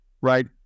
right